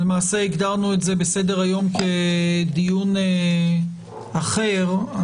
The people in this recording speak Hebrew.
הגדרנו את זה בסדר-היום כדיון אחר אבל,